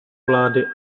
vlády